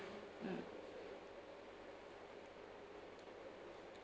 mm